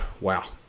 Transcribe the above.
Wow